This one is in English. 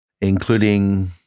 including